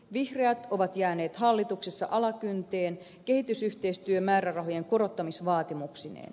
vihreät ovat jääneet hallituksessa alakynteen kehitysyhteistyömäärärahojen korottamisvaatimuksineen